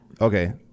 Okay